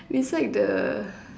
beside the